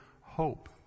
hope